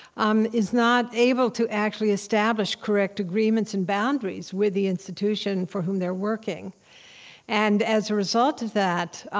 um is not able to actually establish correct agreements and boundaries with the institution for whom they're working and, as a result of that,